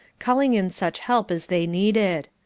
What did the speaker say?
calling in such help as they needed.